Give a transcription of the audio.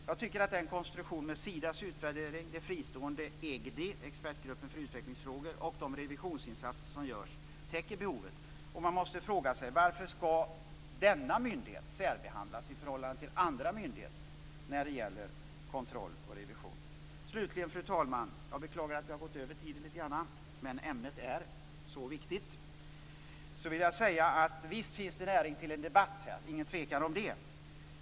Jag tycker att den konstruktion med Sidas utvärderingsarbete, det fristående EGDI, Expertgruppen för utvecklingsfrågor, och de revisionsinsatser som görs täcker behovet. Man måste fråga sig varför denna myndighet skall särbehandlas i förhållande till andra myndigheter när det gäller kontroll och revision. Fru talman! Jag beklagar att jag har gått över tiden, men ämnet är så viktigt. Visst finns det utan tvivel näring till en debatt.